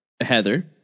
Heather